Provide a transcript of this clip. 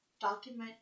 document